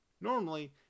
Normally